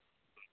ꯎꯝ